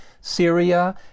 Syria